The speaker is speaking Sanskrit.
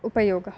उपयोगः